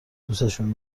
دوسشون